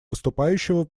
выступающего